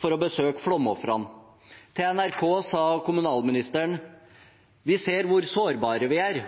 for å besøke flomofrene. Til NRK sa kommunalministeren: «Vi ser hvor sårbare vi er,